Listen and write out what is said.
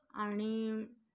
आणि